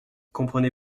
comprenez